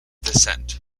descent